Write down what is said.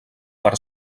per